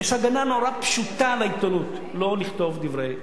יש הגנה נורא פשוטה לעיתונות, לא לכתוב דברי שקר.